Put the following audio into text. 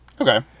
Okay